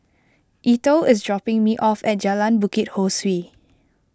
Eithel is dropping me off at Jalan Bukit Ho Swee